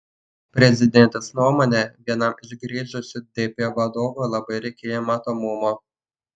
prezidentės nuomone vienam iš grįžusių dp vadovų labai reikėjo matomumo